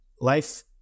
life